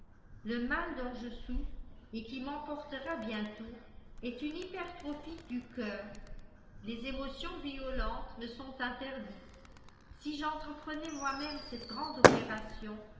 le mal dont je souffre et qui m'emportera bientôt est une hypertrophie du coeur les émotions violentes me sont interdites si j'entreprenais moi-même cette grande opération